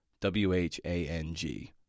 W-H-A-N-G